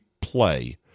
play